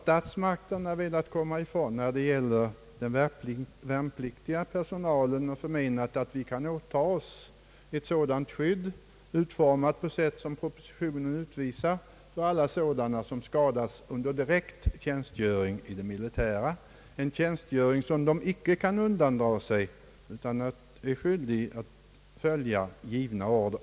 Statsmakterna har när det gäller den värnpliktiga personalen avsett att åta sig att svara för ett skydd, utformat på sätt som redovisas i propositionen, för alia som skadas under direkt tjänstgöring i det militära, en tjänstgöring som de icke kan undandra sig och som innebär skyldighet att följa givna order.